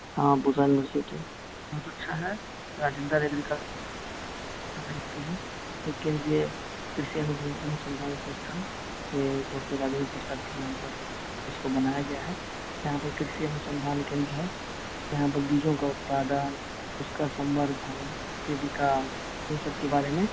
हाँ भुजंग सिटी बहुत अच्छा है राजेंदर एग्री का हैं वह केंद्रीय कृषि अनुसु अनुसंधान संस्था ये डॉक्टर राजेंद्र प्रसाद के नाम पर इसको बनाया गया है यहाँ पर कृषि अनुसंधान केंद्र है यहाँ पर बीजों का उत्पादान इसका संवर्धन इसके विकास इन सब के बारे में